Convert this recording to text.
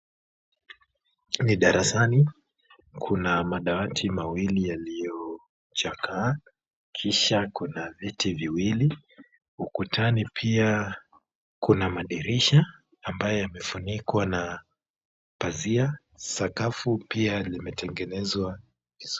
Ni darasani. Kuna madawati mawili yaliyochakaa kisha kuna viti viwili. Ukutani pia kuna madirisha ambayo yamefunikwa na pazia. Sakafu pia limetengenezwa vizuri.